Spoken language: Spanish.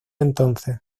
entonces